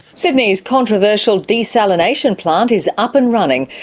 sydney's controversial desalination plant is up and running.